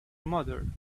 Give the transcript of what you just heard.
mother